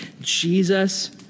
Jesus